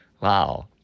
Wow